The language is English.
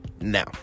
now